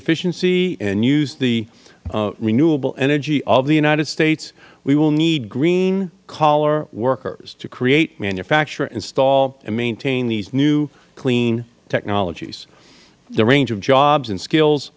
efficiency and use the renewable energy of the united states we will need green collar workers to create manufacturer install and maintain these new clean technologies the range of jobs and skills